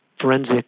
forensic